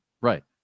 Right